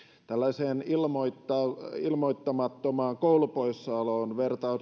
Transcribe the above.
tällaiseen ilmoittamattomaan ilmoittamattomaan koulupoissaoloon